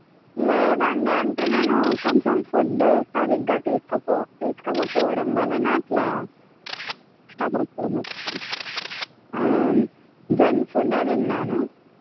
లేదండి అంటే నేను కొంచెం ఫుడ్డు సరిగ్గా తీసుకుపో తీసుకోకపోవడం వలన అట్లా స్టమక్ పెయిన్ వస్తుంది జంక్ ఫుడ్డే తిన్నాను